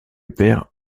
père